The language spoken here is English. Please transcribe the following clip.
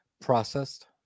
Processed